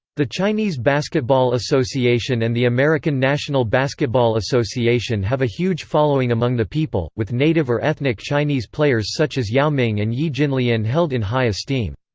the chinese basketball association and the american national basketball association have a huge following among the people, with native or ethnic chinese players such as yao ming and yi jianlian held in high esteem.